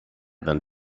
than